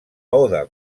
oda